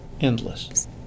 Endless